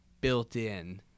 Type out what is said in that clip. built-in